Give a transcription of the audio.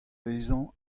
vezañ